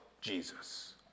Jesus